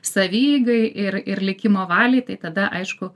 savieigai ir ir likimo valiai tai tada aišku